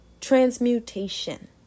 Transmutation